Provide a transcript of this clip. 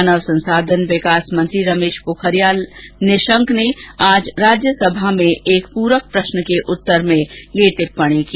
मानव संसाधन विकास मंत्री रमेश पोखरियाल निशंक ने आज राज्यसभा में एक पूरक प्रश्न के उत्तर में ये टिप्पणी की